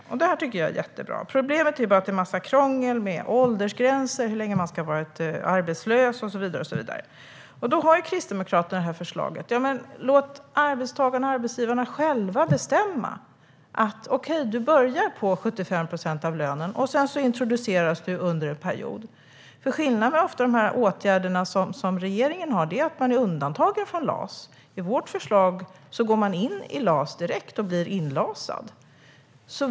Det är jättebra. Problemet är bara att det är en massa krångel med åldersgränser, hur länge man ska ha varit arbetslös och så vidare. Kristdemokraternas förslag är att arbetsgivare och arbetstagare själva får bestämma. Man kan börja på 75 procent av lönen och introduceras under en period. I regeringens åtgärd är man undantagen från LAS, men i vårt förslag går man in i LAS direkt och blir inlasad.